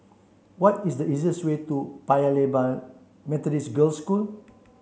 what is the easiest way to Paya Lebar Methodist Girls' School